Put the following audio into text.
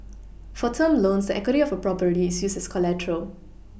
for term loans equity of a property is used as collateral